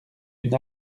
une